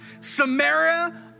Samaria